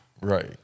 Right